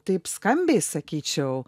taip skambiai sakyčiau